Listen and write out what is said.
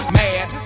mad